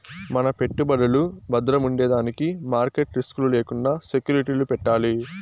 మన పెట్టుబడులు బద్రముండేదానికి మార్కెట్ రిస్క్ లు లేకండా సెక్యూరిటీలు పెట్టాలి